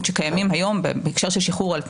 שקיימים היום בהקשר של שחרור על תנאי,